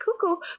cuckoo